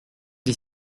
des